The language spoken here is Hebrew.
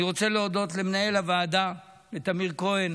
אני רוצה להודות למנהל הוועדה טמיר כהן